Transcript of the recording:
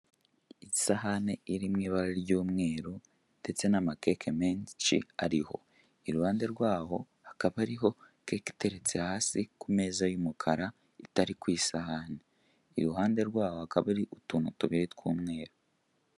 Isahani iri mu ibara ry'umweru ndetse n'amakeke menshi ariho. Iruhande rwaho hakaba hariho keke iteretse hasi, ku meza y'umukara itari ku isahani; Iruhande rwaho hakaba hari utuntu tubiri tw'umweru.